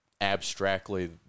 abstractly